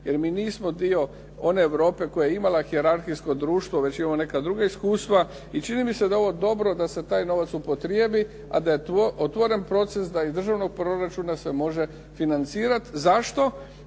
jer mi nismo dio one Europe koja je imala hijerarhijsko društvo već imamo neka druga iskustva. I čini mi se da je ovo dobro da se taj novac upotrijebi a da je otvoren proces da iz državnog proračuna se može financirati. Zašto?